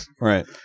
right